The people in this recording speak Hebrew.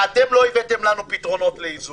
ואתם לא הבאתם לנו פתרונות לאיזונים.